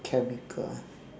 chemical